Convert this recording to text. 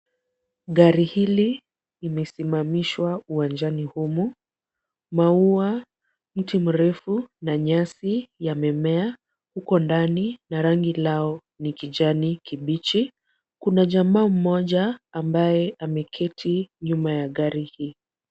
Gari hili limesimamishwa uwanjani humu. Maua, mti mrefu na nyasi yamemea huko ndani na rangi lao ni kijani kibichi. Kuna jamaa mmoja ambaye ameketi nyuma ya gari hii.